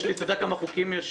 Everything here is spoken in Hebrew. אתה יודע כמה חוקים יש לי להעלות?